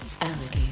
alligator